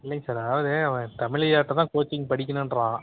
இல்லைங்க சார் அதாவது அவன் தமிழ் ஐயாட்ட தான் கோச்சிங் படிக்கணும்ன்றான்